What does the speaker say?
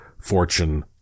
fortune